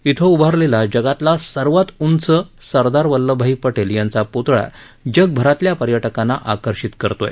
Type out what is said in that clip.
श्रे उभारलेला जगातला सर्वात उंच उभारलेला सरदार वल्लभभाई पटेल यांचा पुतळा जगभरातल्या पर्यटकांना आकर्षित करतोय